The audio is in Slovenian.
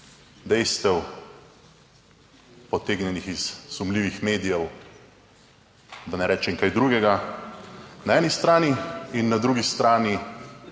dejstev, potegnjenih iz sumljivih medijev, da ne rečem kaj drugega, na eni strani in na drugi strani